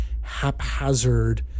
haphazard